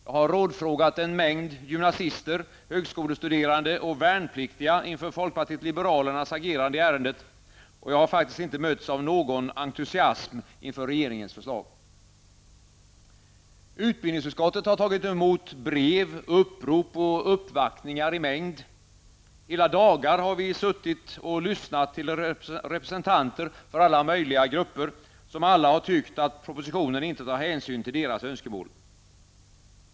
Jag har rådfrågat en mängd gymnasister, högskolestuderande och värnpliktiga inför folkpartiet liberalernas agerande i ärendet, och jag har faktiskt inte mötts av någon entusiasm inför regeringens förslag. Utbildningsutskottet har tagit emot brev, upprop och uppvaktningar i mängd. Hela dagar har vi suttit och lyssnat till representanter för alla möjliga grupper, som alla har tyckt att propositionen inte tar hänsyn till deras önskemål.